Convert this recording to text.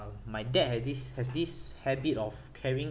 um my dad had this has this habit of carrying